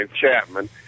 Chapman